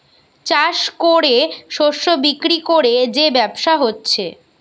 চাষ কোরে শস্য বিক্রি কোরে যে ব্যবসা হচ্ছে